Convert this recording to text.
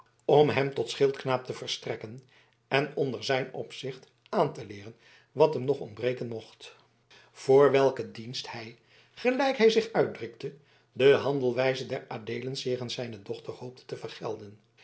om hem tot schildknaap te verstrekken en onder zijn opzicht aan te leeren wat hem nog ontbreken mocht door welken dienst hij gelijk hij zich uitdrukte de handelwijze der adeelens jegens zijne dochter hoopte te vergelden